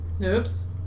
Oops